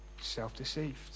self-deceived